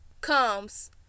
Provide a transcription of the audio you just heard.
comes